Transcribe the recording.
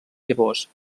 llavors